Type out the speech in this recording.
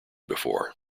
before